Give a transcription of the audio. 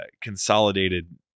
consolidated